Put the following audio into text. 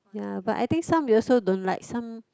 ya but I think some you also don't like some